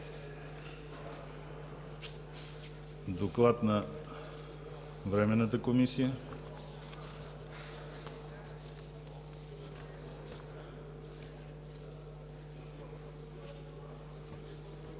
Доклад на Временната комисия